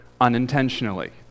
unintentionally